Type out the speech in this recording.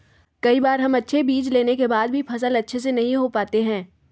कई बार हम अच्छे बीज लेने के बाद भी फसल अच्छे से नहीं हो पाते हैं?